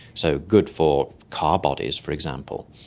so good for car bodies, for example.